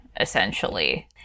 essentially